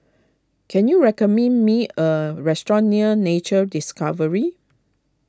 can you recommend me a restaurant near Nature Discovery